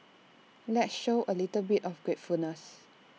let's show A little bit of gratefulness